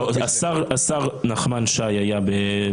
השר נחמן שי היה בזום בתחילת הדיון.